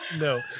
No